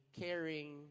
caring